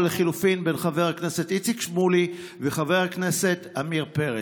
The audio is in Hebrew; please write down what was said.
או לחלופין בין חבר הכנסת איציק שמולי וחבר הכנסת עמיר פרץ.